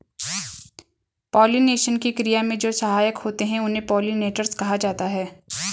pollination की क्रिया में जो सहायक होते हैं उन्हें पोलिनेटर्स कहा जाता है